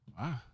wow